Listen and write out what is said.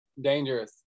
dangerous